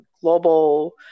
global